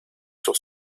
sur